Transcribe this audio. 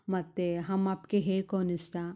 ಮತ್ತು ಹಮ್ ಆಪ್ಕೆ ಹೇ ಕೌನ್ ಇಷ್ಟ